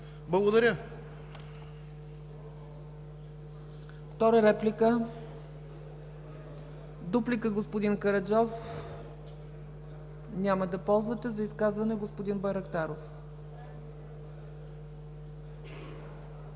ЦАЧЕВА: Втора реплика? Дуплика, господин Караджов? Няма да ползвате. За изказване – господин Байрактаров.